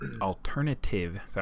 alternative